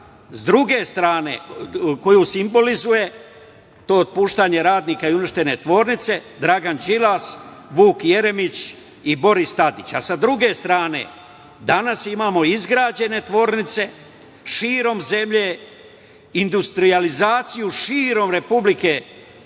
Sa druge strane, koju simbolizuje to otpuštanje radnika i uništene tvornice, Dragan Đilas, Vuk Jeremić i Boris Tadić. A sa druge strane, danas imamo izgrađene tvornice širom zemlje, industrijalizaciju širom Republike Srbije,